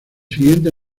siguientes